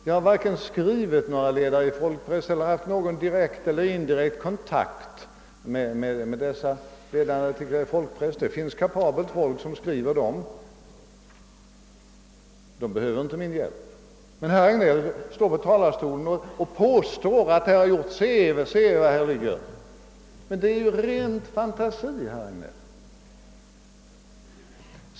Jag har varken skrivit ledare i Folkpress eller haft någon direkt eller indirekt kontakt med ledarartiklarna. Det finns kapabla personer som skriver dem. De behöver inte min hjälp. Men herr Hagnell kommer med påståenden från talarstolen som är rena fantasier!